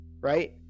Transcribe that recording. right